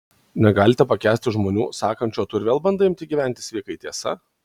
negalite pakęsti žmonių sakančių o tu ir vėl bandai imti gyventi sveikai tiesa